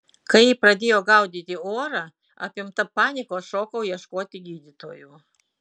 kai ji pradėjo gaudyti orą apimta panikos šokau ieškoti gydytojų